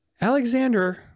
Alexander